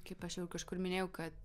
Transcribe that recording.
kaip aš jau kažkur minėjau kad